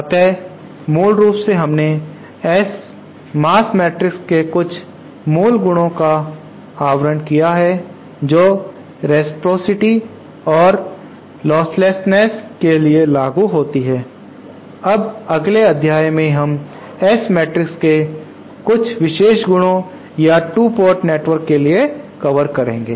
अतः मूल रूप से हमने S मास मैट्रिक्स के कुछ मूल गुणों का आवरण किया है जो रेसप्रॉसिटी और लीस्टलेसनेस्स के लिए लागू होती है अब अगले अध्याय में हम S मैट्रिक्स के कुछ विशेष गुणों या 2 पोर्ट नेटवर्क के लिए कवर करेंगे